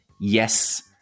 yes